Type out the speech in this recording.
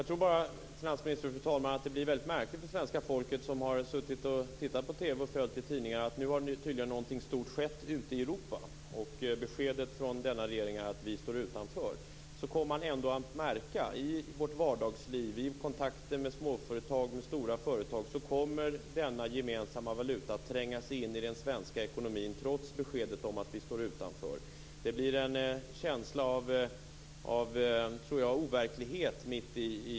Fru talman! Det blir väldigt märkligt för svenska folket som på TV:n sett och i tidningarna läst att det nu tydligen skett någonting stort ute i Europa. Beskedet från denna regering är att vi står utanför. Men ändå i vardagslivet och i kontakter med små och stora företag kommer denna gemensamma valuta att tränga sig in i den svenska ekonomin, trots beskedet om att vi står utanför. Det blir en känsla av overklighet.